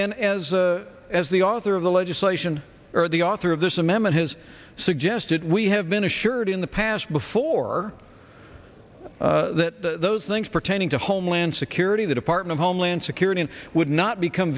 and as as the author of the legislation or the author of this amendment has suggested we have been assured in the past before that those things pertaining to homeland security the department of homeland security and would not become